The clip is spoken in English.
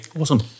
Awesome